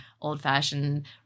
old-fashioned